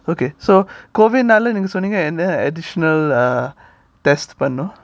okay so COVID னால நீங்க சொன்னீங்க என்ன:nala neenga sonnenga enna additional uh test பண்ணனும்:pannanum